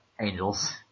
angels